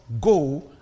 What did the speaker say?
Go